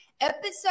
Episode